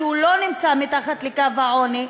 שלא נמצא מתחת לקו העוני,